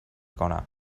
کنم